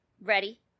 Ready